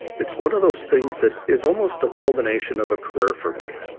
it's one of those things that is almost the culmination of a career for me.